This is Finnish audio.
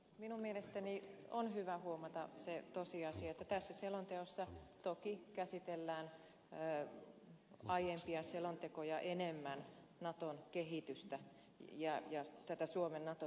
minun mielestäni on hyvä huomata se tosiasia että tässä selonteossa toki käsitellään aiempia selontekoja enemmän naton kehitystä ja tätä suomen nato suhdetta